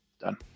done